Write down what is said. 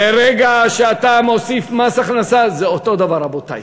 ברגע שאתה מוסיף מס הכנסה, זה אותו הדבר, רבותי.